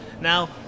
Now